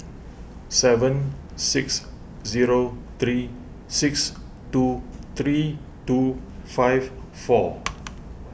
seven six zero three six two three two five four